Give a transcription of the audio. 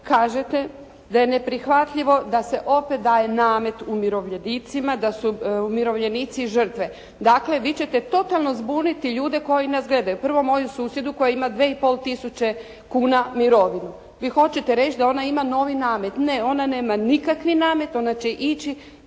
kažete da je neprihvatljivo da se opet daje namet umirovljenicima, da su umirovljenici žrtve. Dakle, vi ćete totalno zbuniti ljude koji nas gledaju. Prvo moju susjedu koja ima 2 i pol tisuće kuna mirovinu. Vi hoćete reći da ona ima novi namet. Ne, ona nema nikakvi namet. Ona će ići